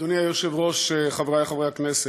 אדוני היושב-ראש, חברי חברי הכנסת,